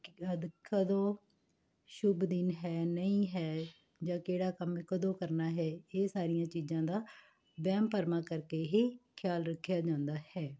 ਕਦ ਕਦੋਂ ਸ਼ੁੱਭ ਦਿਨ ਹੈ ਨਹੀਂ ਹੈ ਜਾਂ ਕਿਹੜਾ ਕੰਮ ਕਦੋਂ ਕਰਨਾ ਹੈ ਇਹ ਸਾਰੀਆਂ ਚੀਜ਼ਾਂ ਦਾ ਵਹਿਮ ਭਰਮਾਂ ਕਰਕੇ ਹੀ ਖਿਆਲ ਰੱਖਿਆ ਜਾਂਦਾ ਹੈ